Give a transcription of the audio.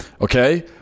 Okay